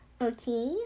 Okay